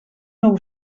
nou